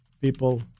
people